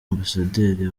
ambasaderi